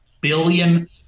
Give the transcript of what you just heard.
billion